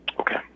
Okay